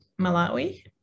Malawi